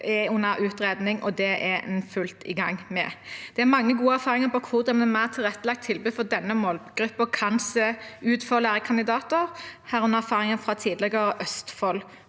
er under utredning, og det er en i full gang med. Det er mange gode erfaringer med hvordan et mer tilrettelagt tilbud for denne målgruppen kan se ut for lærekandidater, herunder erfaringer fra tidligere Østfold